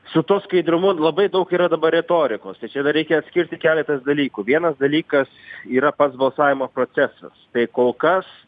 su tuo skaidrumu labai daug yra dabar retorikos tai čia dar reikia atskirti keletas dalykų vienas dalykas yra pats balsavimo procesas tai kol kas